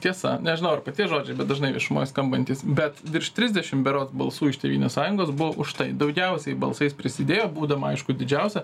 tiesa nežinau ar paties žodžiai bet dažnai viešumoje skambantys bet virš trisdešim berods balsų iš tėvynės sąjungos buvo už tai daugiausiai balsais prisidėjo būdama aišku didžiausia